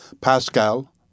Pascal